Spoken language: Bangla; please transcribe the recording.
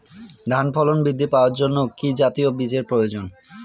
ধানে ফলন বৃদ্ধি পাওয়ার জন্য কি জাতীয় বীজের প্রয়োজন?